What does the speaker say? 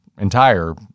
entire